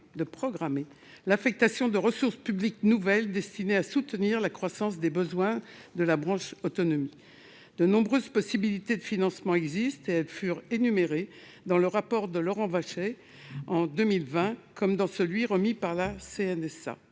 de programmer l'affectation de ressources publiques nouvelles destinées à soutenir la croissance des besoins de la branche autonomie. De nombreuses possibilités de financement existent : elles sont énumérées dans le rapport de Laurent Vachey en 2020 comme dans le rapport remis par la CNSA.